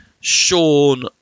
Sean